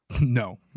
no